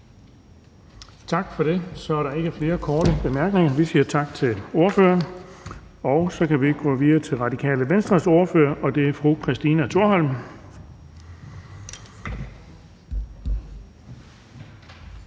Tak for det. Så er der ikke flere korte bemærkninger. Vi siger tak til ordføreren. Og så kan vi gå videre til Radikale Venstres ordfører, og det er fru Christina Thorholm.